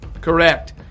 Correct